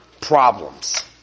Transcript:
problems